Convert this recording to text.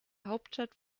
hauptstadt